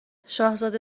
شاهزاده